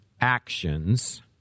actions